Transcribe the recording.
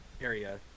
area